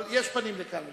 אבל יש פנים לכאן ולכאן.